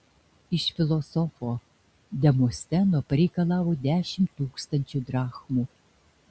iš filosofo demosteno pareikalavo dešimt tūkstančių drachmų